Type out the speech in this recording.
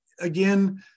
again